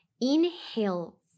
Inhale